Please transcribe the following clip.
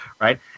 Right